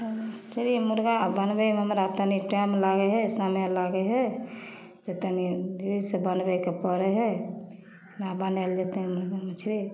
हँ चलिए मुरगा आओर बनबैमे हमरा तनि टाइम लागै हइ समय लागै हइ से तनि धीरेसे बनबैके पड़ै हइ हमरा बनाएल जेतै मछरी